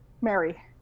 Mary